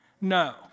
No